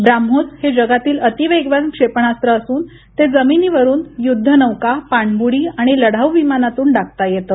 ब्राम्होस हे जगातील अतिवेगवान क्षेपणास्त्र असून ते जमिनीवरून युद्ध नौका पाणबुडी आणि लढाऊ विमानातून डागता येतं